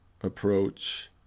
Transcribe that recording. approach